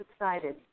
excited